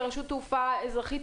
כרשות תעופה אזרחית,